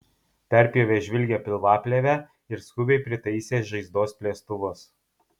perpjovė žvilgią pilvaplėvę ir skubiai pritaisė žaizdos plėstuvus